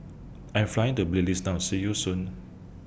I'm Flying to Belize now See YOU Soon